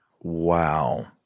Wow